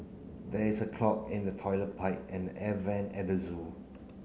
there is a clog in the toilet pipe and the air vent at the zoo